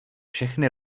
všechny